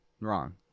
Wrong